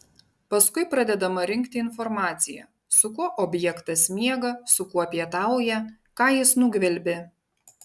paskui pradedama rinkti informacija su kuo objektas miega su kuo pietauja ką jis nugvelbė